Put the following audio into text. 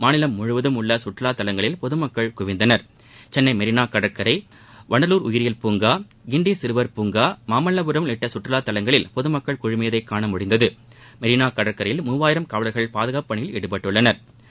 மாநிலம் முழுவதும் உள்ள கற்றுவாத் தலங்களில் பொதுமக்கள் குவிந்தனர் சென்னை மெரினா கடற்கரை வண்டலூர் உயிரியல் பூங்கா கிண்டி சிறுவர் பூங்கா மாமல்லபுரம் உள்ளிட்ட சுற்றுவாத் தலங்களில் பொதுமக்கள் குழுமியதை காண முடிந்தது மெரினா கடற்கரையில் மூவாயிரம் காவலர்கள் பாதுகாப்பு பணியில் ஈடுபட்டுள்ளனா்